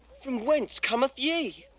from whence cometh ye?